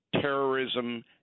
terrorism